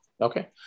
okay